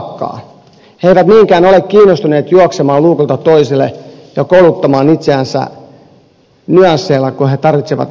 he eivät niinkään ole kiinnostuneet juoksemaan luukulta toiselle ja kouluttamaan itseänsä nyansseilla kun he tarvitsevat pysyviä työpaikkoja